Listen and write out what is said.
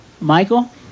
Michael